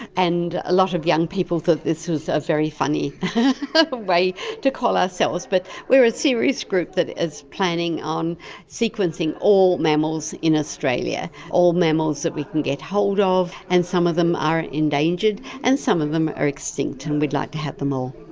and a lot of young people thought this was a very funny way to call ourselves, but we are a serious group that is planning on sequencing all mammals in australia, all mammals that we can get hold ah of, and some of them are endangered and some of them are extinct, and we'd like to have them all.